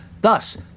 Thus